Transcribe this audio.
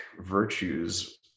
virtues